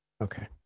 Okay